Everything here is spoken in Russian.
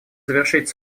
завершить